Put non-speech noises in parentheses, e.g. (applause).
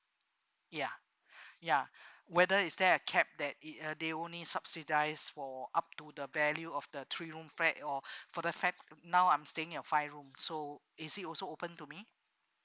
ya ya whether is there a cap that it uh they only subsidise for up to the value of the three room flat or (breath) for the flat now I'm staying in a five room so is it also open to me